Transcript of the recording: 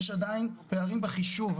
יש עדיין פערים בחישוב.